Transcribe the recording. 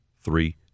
three